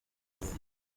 igihugu